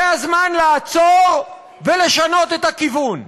זה הזמן לעצור ולשנות את הכיוון.